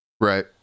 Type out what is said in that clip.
Right